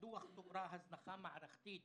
בדוח דובר על הזנחה מערכתית